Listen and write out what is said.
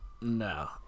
No